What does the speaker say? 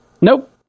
Nope